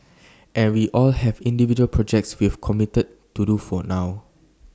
and we all have individual projects we've committed to do for now